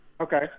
Okay